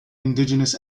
indigenous